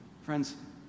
Friends